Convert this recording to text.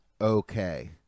okay